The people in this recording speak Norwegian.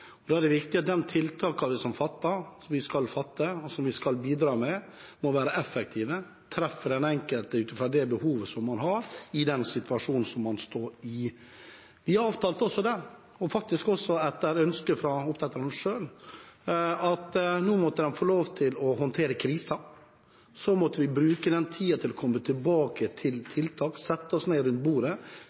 er viktig at de tiltakene som er fattet, som vi skal fatte, og som vi skal bidra med, er effektive, treffer den enkelte ut fra det behovet som man har, i den situasjonen som man står i. Vi avtalte også – etter ønske fra oppdretterne selv – at de nå måtte få lov til å håndtere krisen. Så må vi bruke tiden til å komme tilbake med tiltak, sette oss ned rundt bordet,